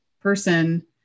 person